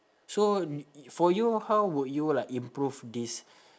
so for you how would you like improve this